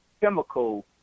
chemical